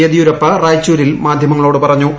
യെദ്യൂരപ്പ റായ്ചൂരിൽ മാധ്യമങ്ങളോട് പറഞ്ഞു